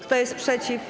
Kto jest przeciw?